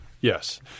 Yes